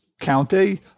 County